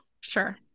Sure